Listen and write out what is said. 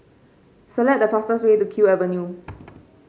select the fastest way to Kew Avenue